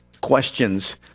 questions